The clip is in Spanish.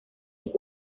eso